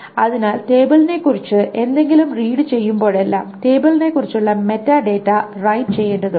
അതിനാൽ ടേബിളിനെക്കുറിച്ച് എന്തെങ്കിലും റീഡ് ചെയ്യുമ്പോഴെല്ലാം ടേബിളിനെക്കുറിച്ചുള്ള മെറ്റാഡാറ്റ റൈറ്റ് ചെയ്യേണ്ടതുണ്ട്